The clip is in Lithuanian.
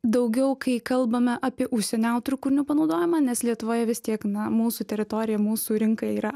daugiau kai kalbame apie užsienio autorių kūrinių panaudojimą nes lietuvoje vis tiek na mūsų teritorija mūsų rinka yra